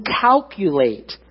calculate